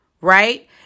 right